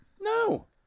No